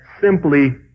simply